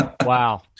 Wow